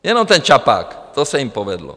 Jenom ten Čapák, to se jim povedlo.